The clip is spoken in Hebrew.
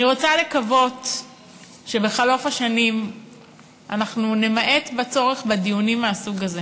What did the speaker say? אני רוצה לקוות שבחלוף השנים ימעט הצורך בדיונים מהסוג הזה